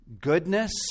goodness